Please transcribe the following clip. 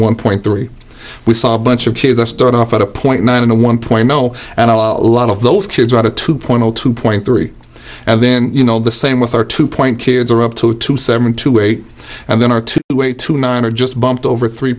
one point three we saw a bunch of kids i start off at a point nine and one point no and i'll lot of those kids out a two point zero two point three and then you know the same with our two point kids are up two to seven to eight and then our two way to nine are just bumped over three